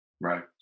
Right